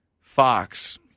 Fox